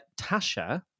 Tasha